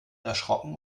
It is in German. erschrocken